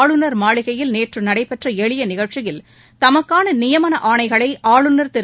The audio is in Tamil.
ஆளுநர் மாளிகையில் நேற்று நடைபெற்ற எளிய நிகழ்ச்சியில் தமக்கான நியமன ஆணைகளை ஆளுநர் திரு